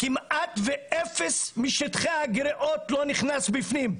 כמעט ואפס משטחי הגריעות לא נכנס בפנים,